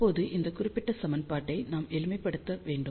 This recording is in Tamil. இப்போது இந்த குறிப்பிட்ட சமன்பாட்டை நாம் எளிமைப்படுத்த வேண்டும்